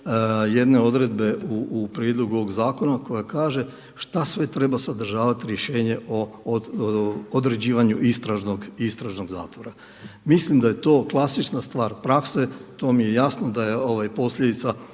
jedne odredbe u prijedlogu ovog zakona koja kaže šta sve treba sadržavati rješenje o određivanju istražnog zatvora. Mislim da je to klasična stvar prakse, to vam je jasno da je posljedica